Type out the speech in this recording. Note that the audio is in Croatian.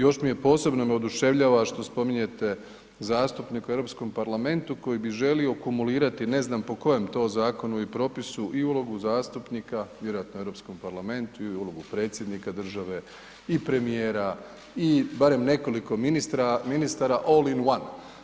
Još me posebno oduševljava što spominjete zastupnika u Europskom parlamentu koji bi želio kumulirati ne znam po kojem to zakonu i propisu, i ulogu zastupnika, vjerojatno u Europskom parlamentu i ulogu Predsjednika države i premijera i barem nekoliko ministara, all in one.